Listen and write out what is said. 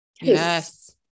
Yes